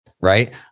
right